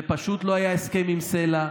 ופשוט לא היה הסכם עם "סלע",